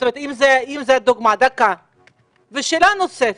שאלה נוספת.